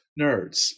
nerds